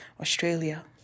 Australia